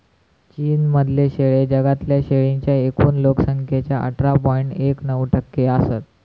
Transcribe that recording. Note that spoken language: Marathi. चीन मधले शेळे जगातल्या शेळींच्या एकूण लोक संख्येच्या अठरा पॉइंट एक नऊ टक्के असत